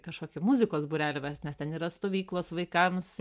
kažkokį muzikos būrelį vest nes ten yra stovyklos vaikams